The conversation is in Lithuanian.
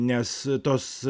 nes tos